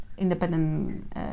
independent